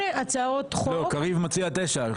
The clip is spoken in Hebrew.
קריב מציע תשע.